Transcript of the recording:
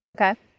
Okay